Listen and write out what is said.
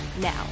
now